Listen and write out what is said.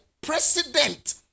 president